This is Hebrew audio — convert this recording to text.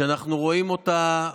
שאנחנו רואים אותה,